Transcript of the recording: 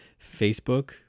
facebook